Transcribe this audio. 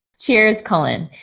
cheers colin.